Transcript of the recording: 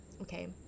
okay